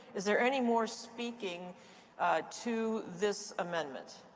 is there any more speaking to this amendment?